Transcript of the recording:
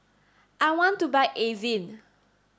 I want to buy Avene